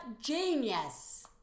genius